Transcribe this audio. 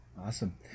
Awesome